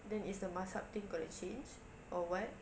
then is the mazhab thing going to change or what